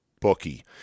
bookie